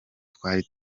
twari